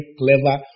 clever